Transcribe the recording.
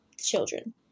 children